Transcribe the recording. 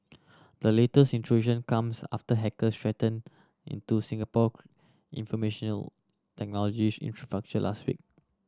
the latest intrusion comes after hacker threaten into Singapore information O technologies infrastructure last week